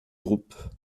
groupes